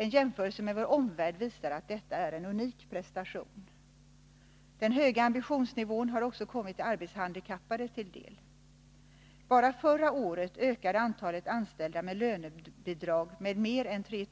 En jämförelse med vår omvärld visar att detta är en unik prestation. Den höga ambitionsnivån har också kommit de arbetshandikappade till del. Bara förra året ökade antalet anställda med lönebidrag med mer än 3